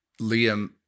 Liam